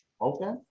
Okay